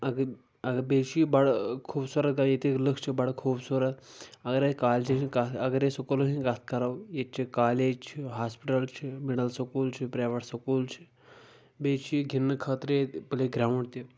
اگر اگر بیٚیہِ چھُ یہِ بڈٕ خوٗبصوٗرت گام ییٚتیِکۍ لُکھ چھِ بڈٕ خوٗبصوٗرت اگرے کالجِچ کتھ اگر أسۍ سکوٗلن ہِنٛز کتھ کرو ییٚتہِ چھِ کالیج چھِ ہاسپٹل چھِ مڈل سکوٗل چھِ پریویٹ سکوٗل چھِ بیٚیہِ چھِ گِنٛدنہٕ خٲطرٕ ییٚتہِ پٕلے گراونٛڈ تہِ